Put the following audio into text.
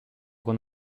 con